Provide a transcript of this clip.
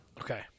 Okay